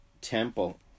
temple